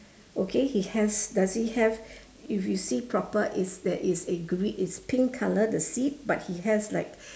okay he has does he have if you see proper is there is a green it's pink colour the seat but he has like